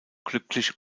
glücklich